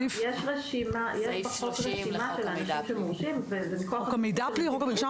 סעיף 30 לחוק המידע הפלילי.